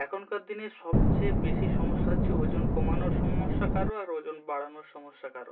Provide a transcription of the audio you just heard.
এখনকার দিনের সবচেয়ে বেশি সমস্যা হচ্ছে ওজন কমানোর সমস্যা কারো আর ওজন বাড়ানোর সমস্যা কারো